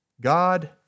God